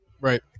Right